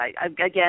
Again